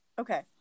Okay